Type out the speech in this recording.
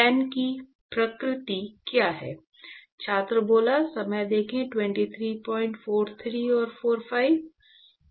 tan की प्रकृति क्या है